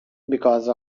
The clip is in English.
because